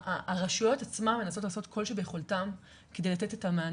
הרשויות עצמן מנסות לעשות כל שביכולתן כדי לתת את המענה.